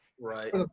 right